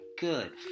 good